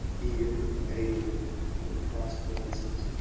fear and anger in their crossed glances